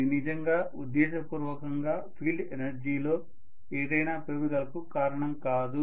ఇది నిజంగా ఉద్దేశపూర్వకంగా ఫీల్డ్ ఎనర్జీలో ఏదైనా పెరుగుదలకు కారణం కాదు